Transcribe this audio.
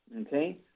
Okay